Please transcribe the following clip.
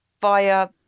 via